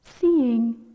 seeing